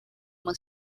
uma